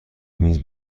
میز